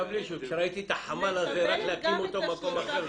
כשראיתי את החמ"ל הזה, רק להקים אותו במקום אחר.